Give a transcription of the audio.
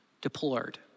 deplored